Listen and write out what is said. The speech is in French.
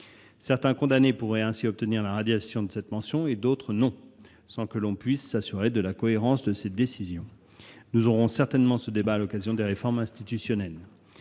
certains condamnés pourraient ainsi obtenir la radiation de cette mention et d'autres non, sans que l'on puisse s'assurer de la cohérence de ces décisions. Nous aurons certainement ce débat à l'occasion des réformes institutionnelles.